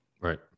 Right